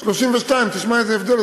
32. תשמע איזה הבדל.